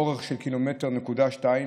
באורך של 1.2 ק"מ,